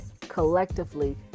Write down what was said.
collectively